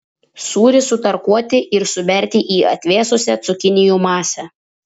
sūrį sutarkuoti ir suberti į atvėsusią cukinijų masę